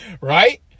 Right